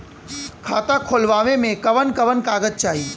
खाता खोलवावे में कवन कवन कागज चाही?